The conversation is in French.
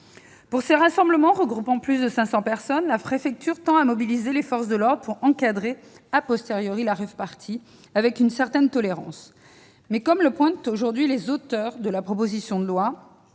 Pour les rassemblements regroupant plus de 500 personnes, la préfecture tend à mobiliser les forces de l'ordre pour assurer l'encadrement, avec une certaine tolérance. Toutefois, comme le pointent les auteurs de la proposition de loi,